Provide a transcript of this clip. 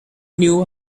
knew